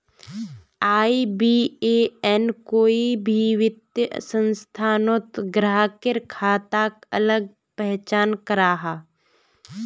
IBAN कोई भी वित्तिय संस्थानोत ग्राह्केर खाताक अलग पहचान कराहा